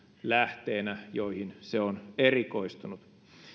lähteenä joihin se on erikoistunut